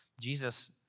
Jesus